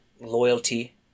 loyalty